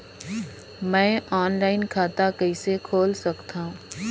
मैं ऑनलाइन खाता कइसे खोल सकथव?